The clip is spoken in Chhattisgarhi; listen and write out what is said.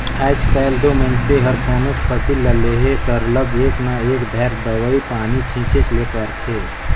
आएज काएल दो मइनसे हर कोनोच फसिल ल लेहे सरलग एक न एक धाएर दवई पानी छींचेच ले परथे